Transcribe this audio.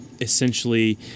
essentially